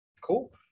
Cool